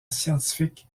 scientifique